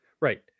right